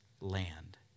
land